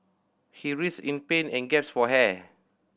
he writhed in pain and gasped for air